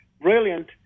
brilliant